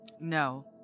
No